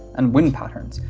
and wind patterns.